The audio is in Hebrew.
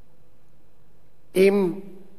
עם שופטים בדימוס.